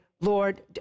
Lord